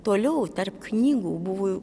toliau tarp knygų buvo